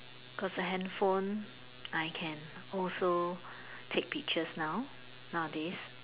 because the handphone I can also take pictures now nowadays